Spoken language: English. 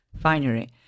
finery